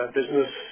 business